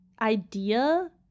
idea